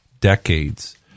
decades